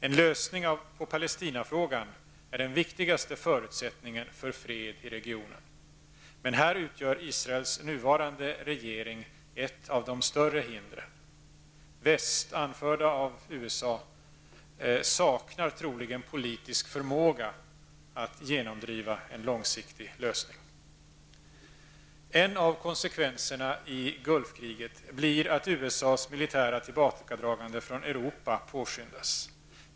En lösning på Palestinafrågan är den viktigaste förutsättningen för fred i regionen, men här utgör Israels nuvarande regering ett av de större hindren. Västvärlden, anförd av USA, saknar troligen politisk förmåga att genomdriva en långsiktig lösning. En av konsekvenserna av Gulfkriget blir att USAs militära tillbakadragande från Europa påskyndas.